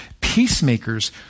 Peacemakers